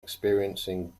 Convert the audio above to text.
experiencing